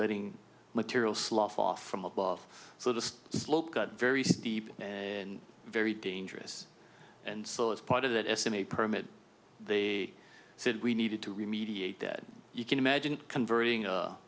letting material slough off from above so the slope got very steep and very dangerous and so as part of that estimate permit they said we needed to remediate that you can imagine converting a